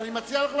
אבל אני מציע לך,